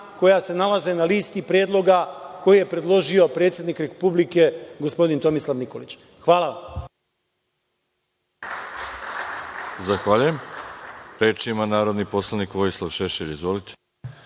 koja se nalaze na listi predloga koje je predložio predsednik Republike, gospodin Tomislav Nikolić. Hvala. **Veroljub Arsić** Reč ima narodni poslani Vojislav Šešelj.